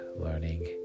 learning